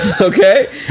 Okay